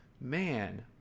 man